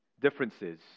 differences